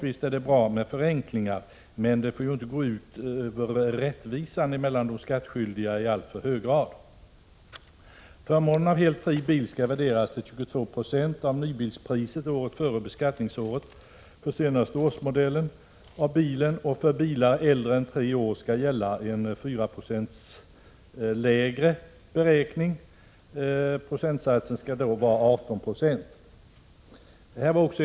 Visst är det bra med förenklingar, men de får inte i alltför hög grad gå ut över rättvisan i beskattningen. I propositionen föreslås också att värdet av extrautrustning överstigande 20 000 kr.